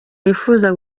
yifuza